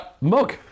Mug